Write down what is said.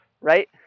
right